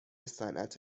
صنعت